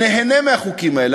ניהנה מהחוקים האלה.